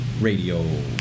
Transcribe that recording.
Radio